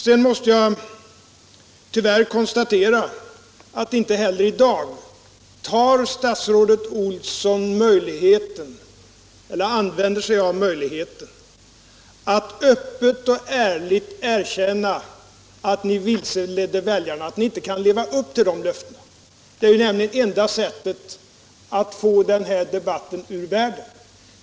Tyvärr måste jag konstatera att statsrådet Olsson inte heller i dag använder sig av möjligheten att öppet och ärligt erkänna att ni vilseledde väljarna och inte kan leva upp till löftena. Det vore annars enda sättet att få denna debatt ur världen.